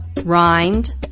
rind